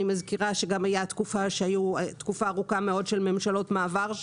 אני מזכירה שגם הייתה תקופה ארוכה מאוד של ממשלות מעבר,